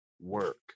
work